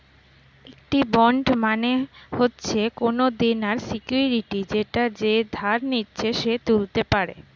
একটি বন্ড মানে হচ্ছে কোনো দেনার সিকিউরিটি যেটা যে ধার নিচ্ছে সে তুলতে পারে